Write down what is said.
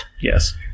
Yes